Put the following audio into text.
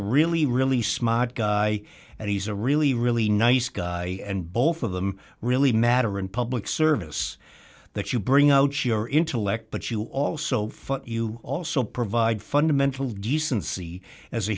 a really really smart guy and he's a really really nice guy and both of them really matter in public service that you bring out your intellect but you also fun you also provide fundamental decency as a